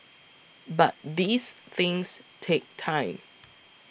but these things take time